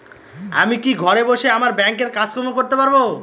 আমি কি ঘরে বসে আমার ব্যাংকের কাজকর্ম করতে পারব?